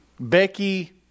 Becky